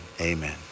amen